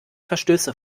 verstöße